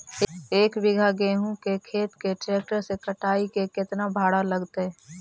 एक बिघा गेहूं के खेत के ट्रैक्टर से कटाई के केतना भाड़ा लगतै?